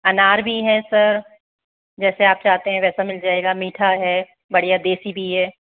अनार भी हैं सर जैसे आप चाहते हैं वैसा मिल जाएगा मीठा है बढ़िया देशी भी है